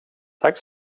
tack